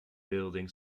building